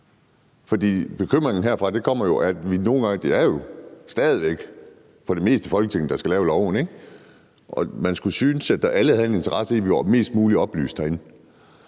For bekymringen herfra kommer jo af, at det stadig væk for det meste er Folketinget, der skal lave lovene, ikke? Man skulle synes, at alle havde en interesse i, at vi var mest muligt oplyste herinde.